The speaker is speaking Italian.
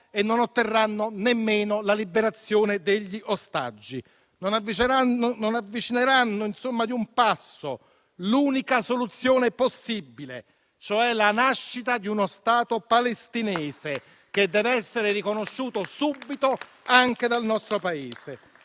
e non otterranno nemmeno la liberazione degli ostaggi. Non avvicineranno insomma di un passo l'unica soluzione possibile, cioè la nascita di uno Stato palestinese, che deve essere riconosciuto subito anche dal nostro Paese.